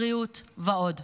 בריאות ועוד.